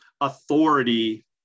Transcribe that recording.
authority